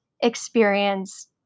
experience